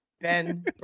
Ben